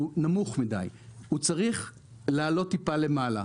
הוא נמוך מידי, הוא צריך לעלות טיפה למעלה.